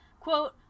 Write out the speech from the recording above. Quote